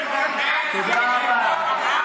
תודה רבה.